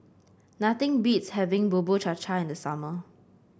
nothing beats having Bubur Cha Cha in the summer